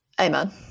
Amen